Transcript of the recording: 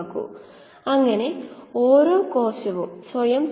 നമുക്ക് അത് എങ്ങനെ ചെയ്യാമെന്ന് നോക്കാം